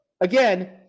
Again